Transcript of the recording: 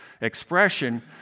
expression